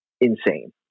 insane